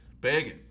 begging